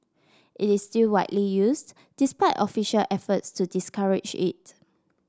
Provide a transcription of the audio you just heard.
it is still widely used despite official efforts to discourage it